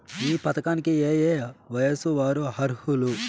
ఈ పథకానికి ఏయే వయస్సు వారు అర్హులు?